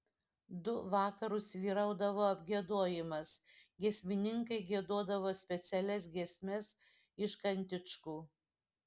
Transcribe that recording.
du vakarus vyraudavo apgiedojimas giesmininkai giedodavo specialias giesmes iš kantičkų